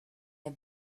der